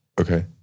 Okay